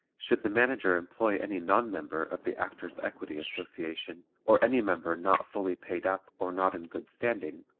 should the manager employ any non-member of the actors' equity association, or any member not fully paid up or not in good standing,